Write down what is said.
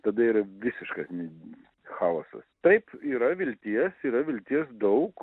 tada yra visiškas n chaosas taip yra vilties yra vilties daug